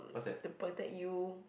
to protect you